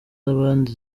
z’abandi